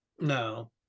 No